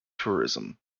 tourism